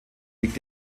liegt